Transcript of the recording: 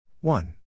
One